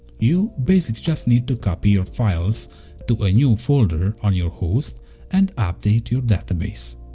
you basically just need to copy your files to a new folder on your host and update your database.